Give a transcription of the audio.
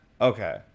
Okay